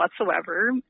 whatsoever